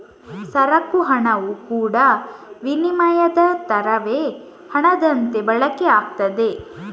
ಸರಕು ಹಣವು ಕೂಡಾ ವಿನಿಮಯದ ತರವೇ ಹಣದಂತೆ ಬಳಕೆ ಆಗ್ತದೆ